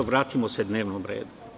Vratimo se dnevnom redu.